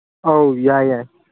ꯑꯧ ꯌꯥꯏ ꯌꯥꯏ